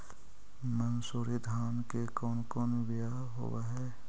मनसूरी धान के कौन कौन बियाह होव हैं?